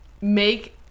make